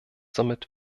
somit